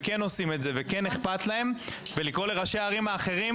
שכן עושים את זה וכן איכפת להם ולומר לראשי הערים האחרות,